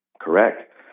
Correct